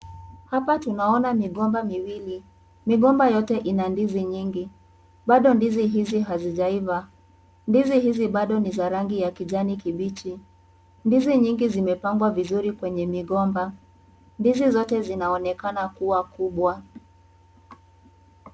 Hapa tunaona migomba miwili. Migomba yote ina ndizi mingi. Bado ndizi hizi hazijaiva. Ndizi hizi bado ni za rangi ya kijani kibichi. Ndizi mingi zimepangwa vizuri kwenye migomba. Ndizi zote zinaonekana kuwa kubwa.